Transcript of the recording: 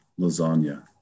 lasagna